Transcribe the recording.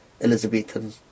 Elizabethan